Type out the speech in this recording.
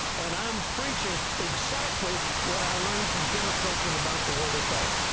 and i'm preaching exactly what i learned from kenneth copeland about the word of faith.